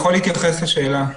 להתייחס לשאלה.